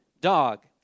dog